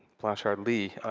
blanchard-lee,